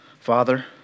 Father